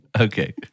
Okay